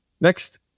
Next